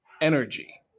energy